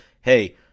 hey